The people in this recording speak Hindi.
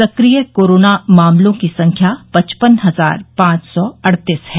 सक्रिय कोरोना मामलों की संख्या पचपन हजार पांच सौ अड़तीस है